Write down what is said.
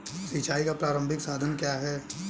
सिंचाई का प्रारंभिक साधन क्या है?